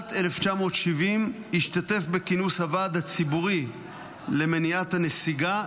בשנת 1970 השתתף בכינוס הוועד הציבורי למניעת הנסיגה,